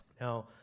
Now